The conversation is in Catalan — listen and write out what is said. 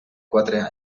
quatre